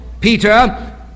Peter